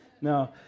No